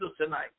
tonight